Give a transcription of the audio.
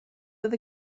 fydd